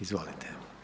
Izvolite.